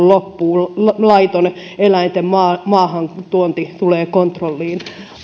loppuu laiton eläinten maahantuonti tulee kontrolliin